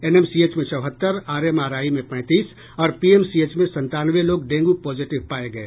NMCH में चौहत्तर RMRI में पैंतीस और पीएमसीएच में संतानवे लोग डेंगू पॉजिटीव पाये गये